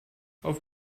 auf